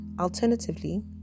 Alternatively